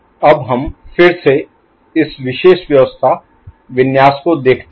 अब हम फिर से इस विशेष व्यवस्था विन्यास को देखते हैं